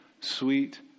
sweet